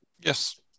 Yes